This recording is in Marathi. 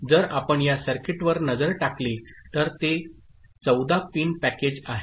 जर आपण या सर्किटवर नजर टाकली तर ते 14 पिन पॅकेज आहे